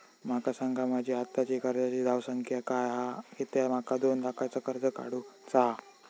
माका सांगा माझी आत्ताची कर्जाची धावसंख्या काय हा कित्या माका दोन लाखाचा कर्ज काढू चा हा?